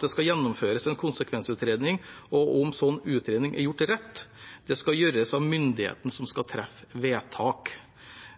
det skal gjennomføres en konsekvensutredning, og om en slik utredning er gjort riktig, skal gjøres av myndigheten som skal treffe vedtak.